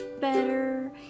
better